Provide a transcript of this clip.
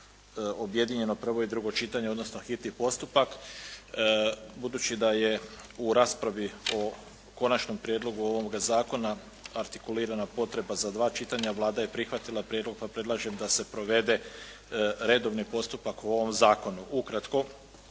objedinjeno prvo i drugo čitanje, odnosno hitni postupak, budući da je u raspravi o konačnom prijedlogu ovoga zakona artikulirana potreba za 2 čitanja, Vlada je prihvatila prijedlog pa predlažem da se provede redovni postupak o ovom zakonu. Ukratko